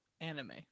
anime